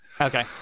Okay